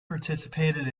participated